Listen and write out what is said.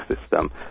system